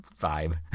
vibe